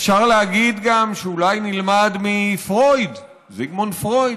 אפשר להגיד גם שאולי נלמד מזיגמונד פרויד,